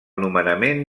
nomenament